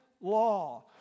law